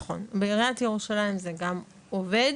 נכון, בעיריית ירושלים זה גם עובד.